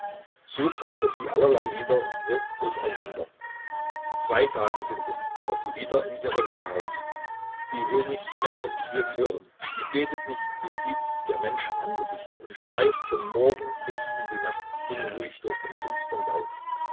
so brachte sie allerlei lieder wirr durcheinander zwei tage sind es daß sie wieder in ihrer hütte haust sie will nichts mehr von kiew hören sie betet nicht sie flieht der menschen angesicht und streift vom morgen bis in die nacht unruhig durch den finstern wald